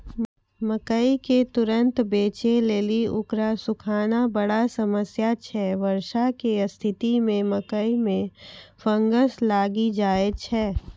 मकई के तुरन्त बेचे लेली उकरा सुखाना बड़ा समस्या छैय वर्षा के स्तिथि मे मकई मे फंगस लागि जाय छैय?